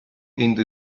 entro